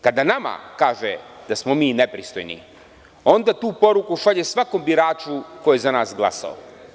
Kada nama kaže da smo mi nepristojni, onda tu poruku šalje svakom biraču koji je za nas glasao.